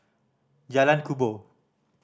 Jalan Kubor